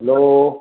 hello